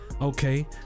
Okay